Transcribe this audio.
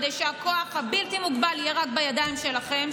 כדי שהכוח הבלתי-מוגבל יהיה רק בידיים שלכם,